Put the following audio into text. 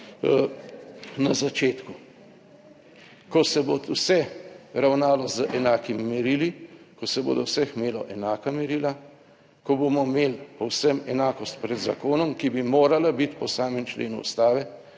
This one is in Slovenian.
– 19.00** (nadaljevanje) z enakimi merili, ko se bo do vse imelo enaka merila, ko bomo imeli povsem enakost pred zakonom, ki bi morala biti po samem členu Ustave,